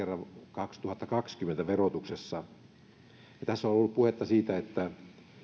sovelletaan ensimmäisen kerran kaksituhattakaksikymmentä verotuksessa tässä on ollut puhetta siitä että